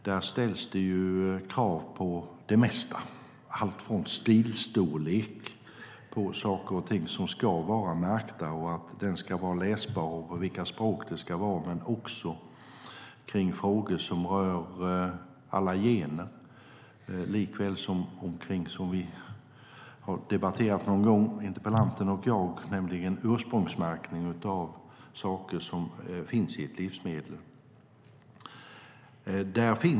Där ställs krav på det mesta. Det är allt från stilstorlek på saker som ska vara märkta - stilen ska vara läsbar och på vissa språk - till frågor rörande gener. Vi har också det som interpellanten och jag har debatterat någon gång, nämligen ursprungsmärkning av saker som finns i livsmedel.